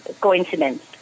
Coincidence